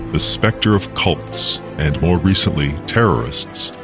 the spectre of cults and more recently terrorists,